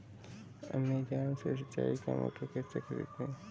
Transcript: Amazon से सिंचाई का मोटर कैसे खरीदें?